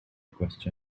question